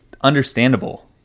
understandable